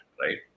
right